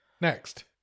Next